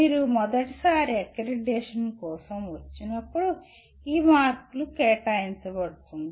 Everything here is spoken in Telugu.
మీరు మొదటిసారి అక్రిడిటేషన్ కోసం వచ్చినప్పుడు ఈ మార్కులు కేటాయించబడుతుంది